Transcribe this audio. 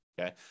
Okay